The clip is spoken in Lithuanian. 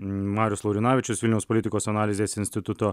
marius laurinavičius vilniaus politikos analizės instituto